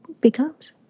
becomes